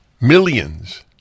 Millions